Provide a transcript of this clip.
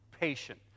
patient